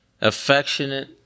affectionate